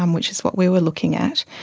um which is what we were looking at.